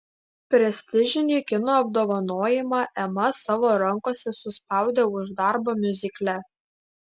prestižinį kino apdovanojimą ema savo rankose suspaudė už darbą miuzikle